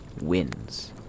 wins